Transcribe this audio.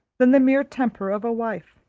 than the mere temper of a wife.